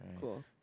Cool